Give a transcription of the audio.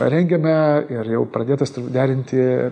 rengiame ir jau pradėtas derinti